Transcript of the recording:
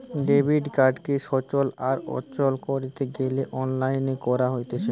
debit কার্ডকে সচল আর অচল কোরতে গ্যালে অনলাইন কোরা হচ্ছে